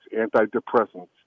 antidepressants